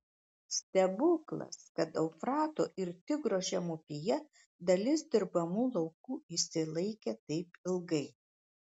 stebuklas kad eufrato ir tigro žemupyje dalis dirbamų laukų išsilaikė taip ilgai